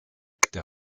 der